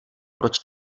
proč